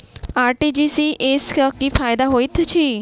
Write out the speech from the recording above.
RTGS सँ की फायदा होइत अछि?